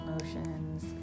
emotions